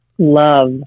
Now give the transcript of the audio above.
love